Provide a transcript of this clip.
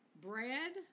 bread